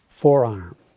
forearm